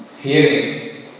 hearing